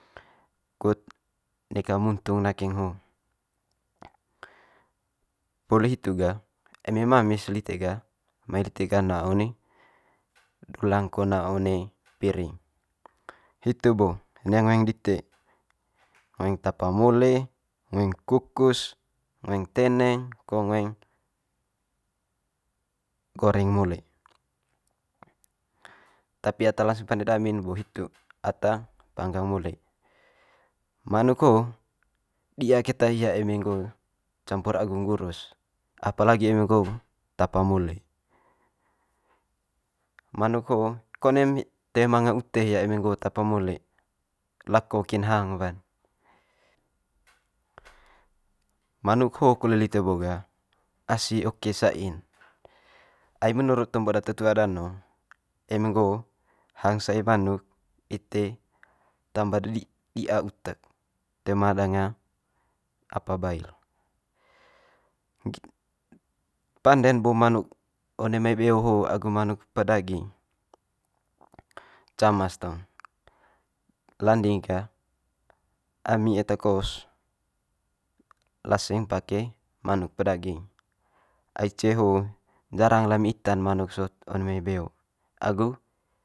Kut neka muntung nakeng ho. poli hitu ga eme mame's lite ga, mai lite ga na one dulang ko na one piring. Hitu bo nia ngoeng dite ngoeng tapa mole, ngoeng kukus, ngoeng teneng ko ngoeng goreng mole. Tapi ata laseng pande dami'n bo hitu ata panggang mole. Manuk ho'o di'a keta hia eme nggo campur agu nggurus apalagi eme nggo tapa mole. Manuk ho konem toe manga ute hia eme nggo tapa mole lako kin hang wa'n. Manuk ho kole lite bo ga asi oke sa'in ai menurut tombo data tua danong eme nggo hang sai manuk ite tamba de di- di'a utek toe ma danga apa bail. pande'n bo manuk one mai beo ho agu manuk pedaging cama's taung. Landing gah ami eta kos laseng pake manuk pedaging, ai ce'e ho jarang lami ita'n manuk sot one mai beo agu.